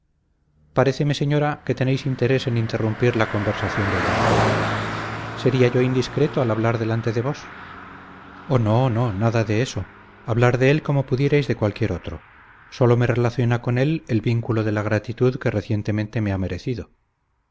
dama paréceme señora que tenéis interés en interrumpir la conversación del doncel sería yo indiscreto al hablar delante de vos oh no no nada de eso hablar de él como pudierais de cualquier otro sólo me relaciona con él el vínculo de la gratitud que recientemente me ha merecido